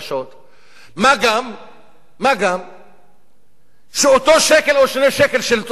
מה גם שאותו שקל או 2 שקלים של תוספת מס ערך מוסף,